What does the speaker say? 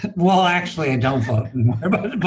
but well, actually i don't vote but